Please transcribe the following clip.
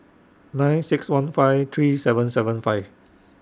nine six one five three seven seven five